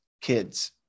Kids